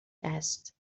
است